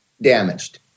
damaged